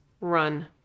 Run